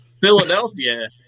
Philadelphia